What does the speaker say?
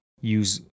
use